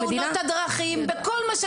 בתאונות הדרכים ובהכול,